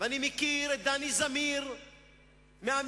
אני מכיר את דני זמיר מהמכללה,